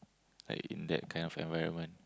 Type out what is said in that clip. like in that kind of environment